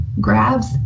grabs